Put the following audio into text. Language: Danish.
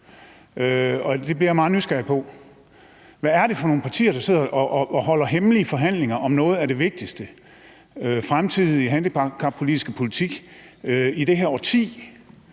der bliver jeg meget nysgerrig: Hvad er det for nogle partier, der sidder og holder hemmelige forhandlinger om noget af den vigtigste fremtidige handicappolitik i det her årti?